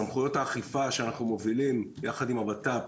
סמכויות האכיפה שאנו מובילים יחד עם הבט"פ,